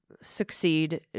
succeed